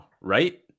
Right